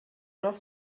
noch